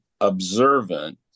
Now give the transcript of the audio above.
observant